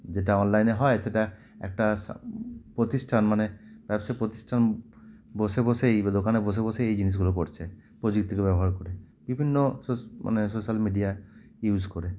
যেটা অনলাইনে হয় সেটা একটা প্রতিষ্ঠান মানে ব্যবসায়িক প্রতিষ্ঠান বসে বসেই বা দোকানে বসে বসেই এই জিনিসগুলো করছে প্রযুক্তিকে ব্যবহার করে বিভিন্ন সোশ মানে সোশ্যাল মিডিয়া ইউজ করে